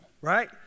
right